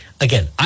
Again